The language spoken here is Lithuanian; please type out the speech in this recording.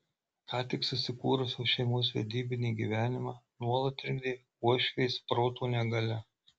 ką tik susikūrusios šeimos vedybinį gyvenimą nuolat trikdė uošvės proto negalia